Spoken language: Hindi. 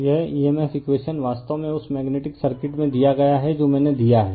तो यह emf इकवेशन वास्तव में उस मेग्नेटिक सर्किट में दिया गया है जो मैंने दिया है